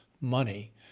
money